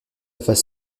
face